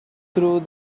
through